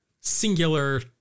singular